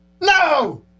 No